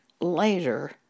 Later